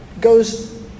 goes